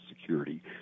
security